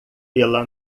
pela